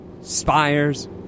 Spires